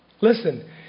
Listen